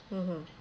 mmhmm